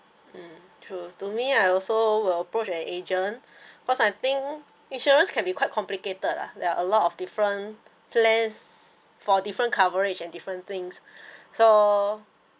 mm true to me I also will approach an agent cause I think insurance can be quite complicated ah there are a lot of different plans for different coverage and different things so